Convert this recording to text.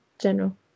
general